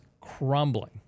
crumbling